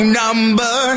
number